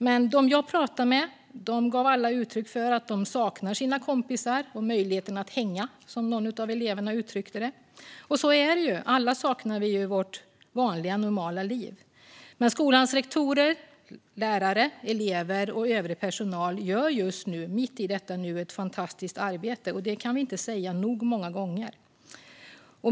De som jag pratade med gav alla uttryck för att de saknar sina kompisar och möjligheten att hänga, som någon av eleverna uttryckte det. Och så är det ju, alla saknar vi ju vårt vanliga, normala liv. Men skolans rektorer, lärare, elever och övrig personal gör just i detta nu ett fantastiskt arbete, och det kan vi inte säga nog många gånger.